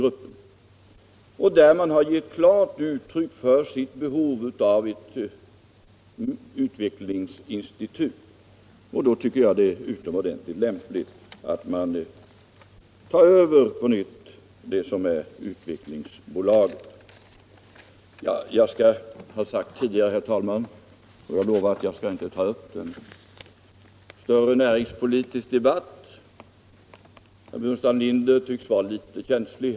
Statsföretag har i alla fall gett klart uttryck för sitt behov av ett utvecklingsinstitut. Då tycker jag det är utomordentligt lämpligt att man på nytt tar över Utvecklingsbolaget. Jag har tidigare lovat, herr talman, att inte ta upp en större näringspolitisk debatt. Men herr Burenstam Linder tycks vara litet känslig.